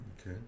Okay